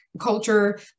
culture